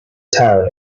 town